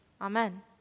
Amen